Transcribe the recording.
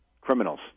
criminals